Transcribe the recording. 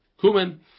cumin